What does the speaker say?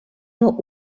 nur